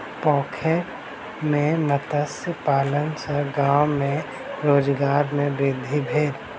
पोखैर में मत्स्य पालन सॅ गाम में रोजगार में वृद्धि भेल